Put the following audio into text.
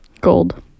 Gold